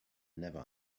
never